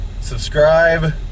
Subscribe